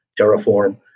terraform.